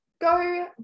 Go